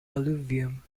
alluvium